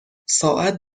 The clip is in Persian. ساعت